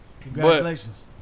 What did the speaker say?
Congratulations